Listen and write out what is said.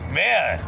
man